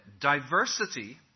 diversity